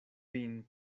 vin